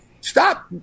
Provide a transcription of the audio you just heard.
stop